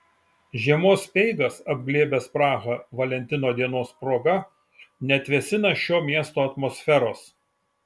žiemos speigas apglėbęs prahą valentino dienos proga neatvėsina šio miesto atmosferos